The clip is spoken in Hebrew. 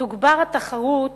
תוגבר התחרות